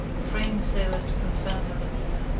framed so as to confirm her belief.